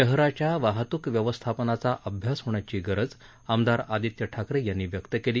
शहराच्या वाहतूक व्यवस्थापनाचा अभ्यास होण्याची गरज आमदार आदित्य ठाकरे यांनी व्यक्त केली